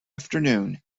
afternoon